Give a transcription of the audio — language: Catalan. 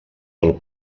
del